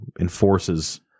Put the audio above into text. enforces